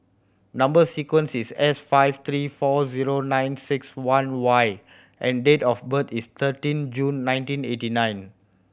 number sequence is S five three four zero nine six one Y and date of birth is thirteen June nineteen eighty nine